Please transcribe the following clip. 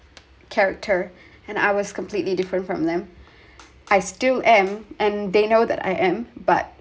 character and I was completely different from them I still am and they know that I am but